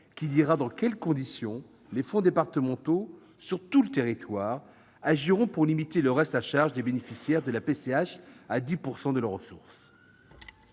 qui dira dans quelles conditions les fonds départementaux, sur tout le territoire, agiront pour limiter le reste à charge des bénéficiaires de la PCH à 10 % de leurs ressources.